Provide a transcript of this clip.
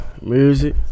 Music